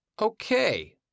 Okay